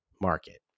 market